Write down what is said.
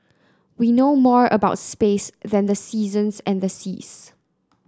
we know more about space than the seasons and the seas